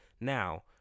Now